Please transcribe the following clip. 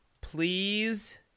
Please